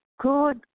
good